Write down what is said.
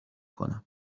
کنم